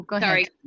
sorry